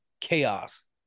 chaos